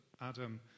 Adam